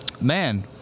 Man